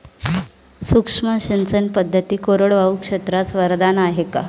सूक्ष्म सिंचन पद्धती कोरडवाहू क्षेत्रास वरदान आहे का?